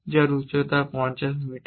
যার উচ্চতা প্রায় 50 মিটার